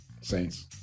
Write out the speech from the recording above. Saints